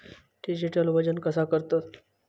Digital वजन कसा करतत?